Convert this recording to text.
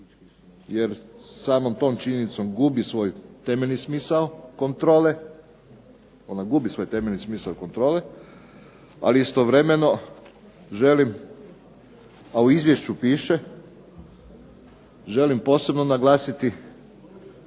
Jer samom tom činjenicom gubi svoj temeljni smisao kontrole. Ona gubi svoj temeljni smisao kontrole, ali istovremeno želim, a u izvješću piše, želim posebno naglasiti